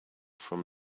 from